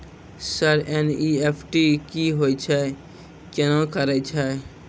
Sir NEFT की होय छै, केना करे छै?